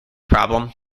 problem